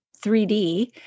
3D